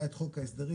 היה את חוק ההסדרים,